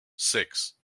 six